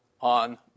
on